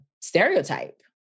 stereotype